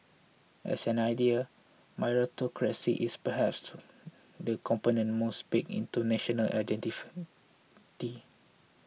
as an idea meritocracy is perhaps the component most baked into national identity